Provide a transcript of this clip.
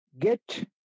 get